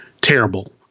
terrible